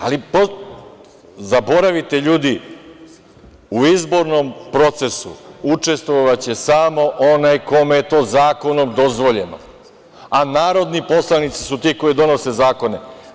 Ali, zaboravite ljudi, u izbornom procesu učestvovaće samo onaj kome je to zakonom dozvoljeno, a narodni poslanici su ti koji donose zakone.